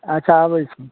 अच्छा अबै छी